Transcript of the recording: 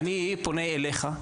אני פונה אליך,